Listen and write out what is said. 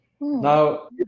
Now